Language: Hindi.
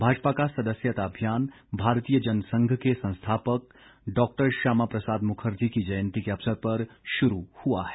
भाजपा का सदस्यता अभियान भारतीय जनसंघ के संस्थापक डॉक्टर श्यामा प्रसाद मुखर्जी की जयंती के अवसर पर शुरू हुआ है